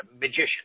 magician